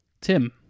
Tim